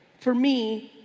for me,